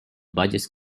valles